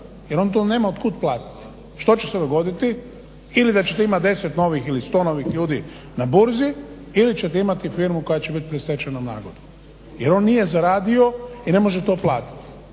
jer on to nema od kuda platiti. Što će se dogoditi? Ili da ćete imati 10 novih ili 100 novih ljudi na burzi ili ćete imati firmu koja će biti pred stečajnom nagodbom jer on nije zaradio i ne može to platiti,